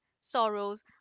sorrows